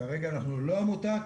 כרגע אנחנו לא עמותה,